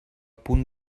punt